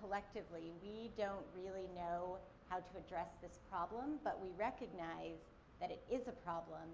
collectively, we don't really know how to address this problem but we recognize that it is a problem